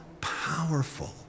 powerful